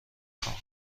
خواهم